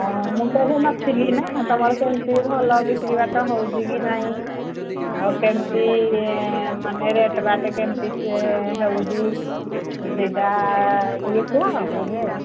ହଁ ମୁଁ ତ ଏଠି ନ ଥିଲି ନା ତୁମର କେମିତି ଭଲ ବିକ୍ରି ବାଟ ହେଉଛି କି ନାଇ ଆଉ କେମିତି ମାନେ ରେଟ୍ ବାଟ୍ କେମିତି ହେଉଛି ସେଇଟା ଟିକେ କୁହ ବୁଝେ